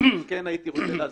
כן הייתי רוצה להזכיר,